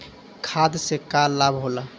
खाद्य से का लाभ होला?